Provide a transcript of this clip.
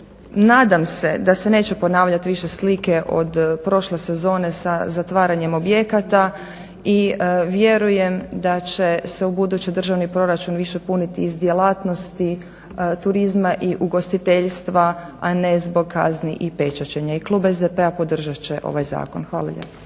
nadam se da se neće ponavljati više slike od prošle sezone sa zatvaranjem objekata i vjerujem da će se ubuduće državni proračun više puniti iz djelatnosti turizma i ugostiteljstva ne zbog kazni i pečaćenja. I Klub SDP-a podržat će ovaj zakon. Hvala lijepa.